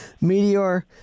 meteor